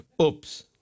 Oops